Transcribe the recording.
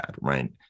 right